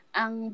ang